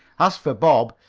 as for bob,